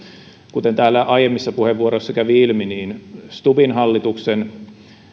kuten täällä aiemmissa puheenvuoroissa kävi ilmi stubbin hallituksen